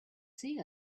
see